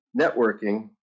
networking